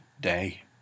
day